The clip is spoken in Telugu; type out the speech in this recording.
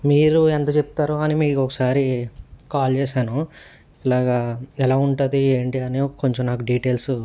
మీరు ఎంత చెప్తారో అని మీకు ఒకసారి కాల్ చేశాను ఇలాగా ఎలా ఉంటుంది ఏంటి అని కొంచెం నాకు డీటెయిల్స్